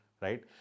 Right